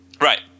Right